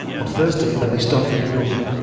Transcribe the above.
on thursday i may start for new york.